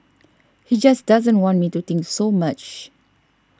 he just doesn't want me to think so much